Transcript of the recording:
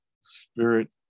spirit